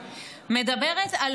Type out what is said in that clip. מדברת על